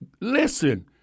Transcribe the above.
Listen